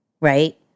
right